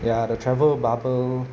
ya the travel bubble